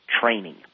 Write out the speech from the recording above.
training